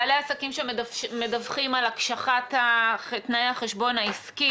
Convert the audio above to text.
בעלי עסקים שמדווחים על הקשחת תנאי החשבון העסקי,